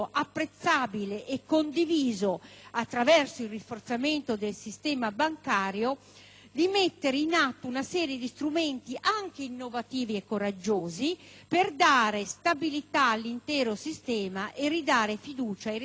attraverso il rafforzamento del sistema bancario di mettere in atto una serie di strumenti, anche innovativi e coraggiosi, per dare stabilità all'intero sistema e ridare fiducia ai risparmiatori e ai depositanti.